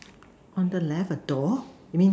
on the left a door you mean